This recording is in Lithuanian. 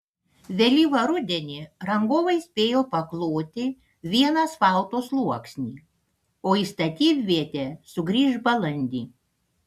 vėlyvą rudenį rangovai spėjo pakloti vieną asfalto sluoksnį o į statybvietę sugrįš balandį